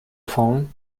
phone